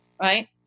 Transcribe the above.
right